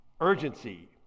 urgency